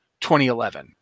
2011